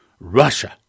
Russia